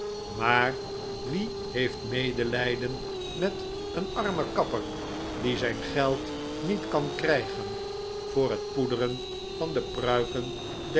maar wie heeft medelijden met een armen kapper die zijn geld niet kan krijgen voor het poederen van de pruiken